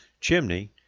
chimney